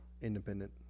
independent